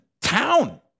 town